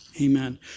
Amen